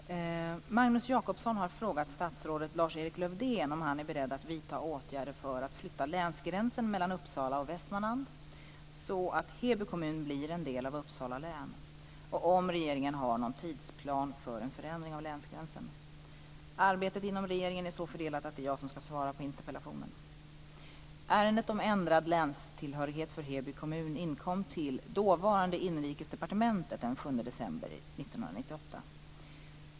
Fru talman! Magnus Jacobsson har frågat statsrådet Lars-Erik Lövdén om han är beredd att vidta åtgärder för att flytta länsgränsen mellan Uppsala och Västmanland så att Heby kommun blir en del av Uppsala län och om regeringen har någon tidsplan för en förändring av länsgränsen. Arbetet inom regeringen är så fördelat att det är jag som skall svara på interpellationen. Ärendet om ändrad länstillhörighet för Heby kommun inkom till dåvarande Inrikesdepartementet den 7 december 1998.